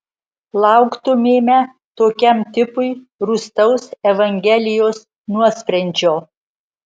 lauktumėme tokiam tipui rūstaus evangelijos nuosprendžio